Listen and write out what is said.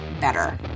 better